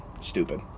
Stupid